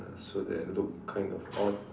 so that looked kind of odd